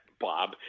Bob